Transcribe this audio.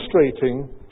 demonstrating